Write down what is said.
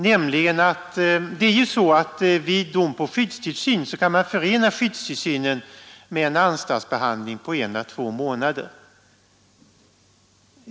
Vid dom till skyddstillsyn kan denna förenas med en anstaltsbehandling på en å två månader.